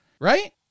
Right